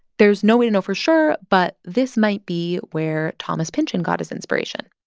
there's no way to know for sure, but this might be where thomas pynchon got his inspiration.